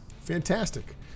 Fantastic